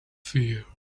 fear